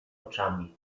oczami